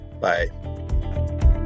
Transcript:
Bye